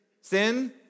sin